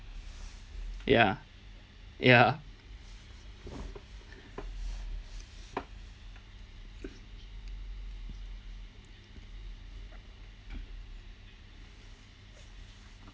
ya ya